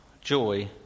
joy